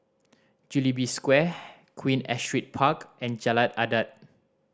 Jubilee Square Queen Astrid Park and Jalan Adat